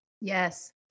Yes